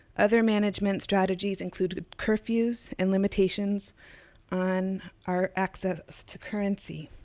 other management strategies included curfews, and limitations on our access to currency.